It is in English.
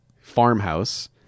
farmhouse